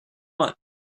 want